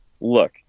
look